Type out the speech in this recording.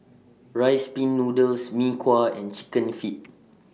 Rice Pin Noodles Mee Kuah and Chicken Feet